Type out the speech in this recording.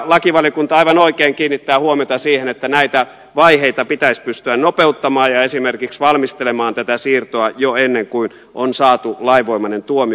lakivaliokunta aivan oikein kiinnittää huomiota siihen että näitä vaiheita pitäisi pystyä nopeuttamaan ja esimerkiksi valmistelemaan tätä siirtoa jo ennen kuin on saatu lainvoimainen tuomio